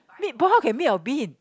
meatball can made of bean